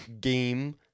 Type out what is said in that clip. game